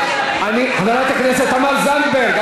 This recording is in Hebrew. חברת הכנסת תמר זנדברג,